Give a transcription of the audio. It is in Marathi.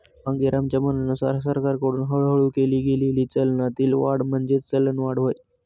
मांगेरामच्या म्हणण्यानुसार सरकारकडून हळूहळू केली गेलेली चलनातील वाढ म्हणजेच चलनवाढ होय